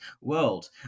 world